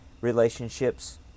relationships